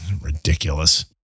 Ridiculous